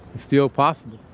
still possible.